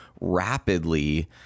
rapidly